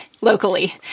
locally